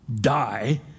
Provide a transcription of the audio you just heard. die